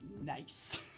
Nice